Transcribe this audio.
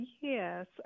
Yes